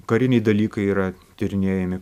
kariniai dalykai yra tyrinėjami